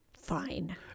Fine